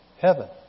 heaven